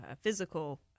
physical